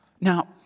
Now